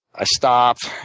i stopped.